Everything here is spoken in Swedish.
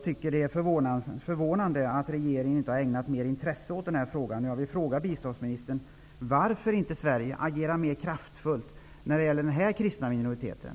Det är förvånande att regeringen inte ägnat den här frågan större intresse. Sverige mer kraftfullt när det gäller den här kristna minoriteten?